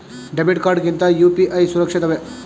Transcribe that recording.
Debit card ಗಿಂತ UPI ಸುರಕ್ಷಿತವೇ?